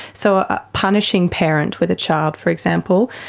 so a punishing parent with a child, for example,